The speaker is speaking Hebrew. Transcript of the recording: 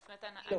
לא, לא.